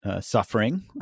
suffering